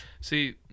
See